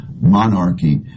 monarchy